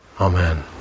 Amen